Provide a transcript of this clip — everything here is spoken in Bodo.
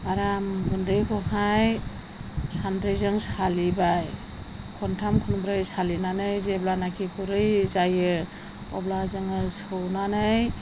आराम गुन्दैखौहाय सान्द्रिजों सालिबाय खन्थाम खनब्रै सालिनानै जेब्लानाखि गुरै जायो अब्ला जोङो सौनानै